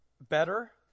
better